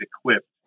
equipped